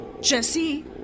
Jesse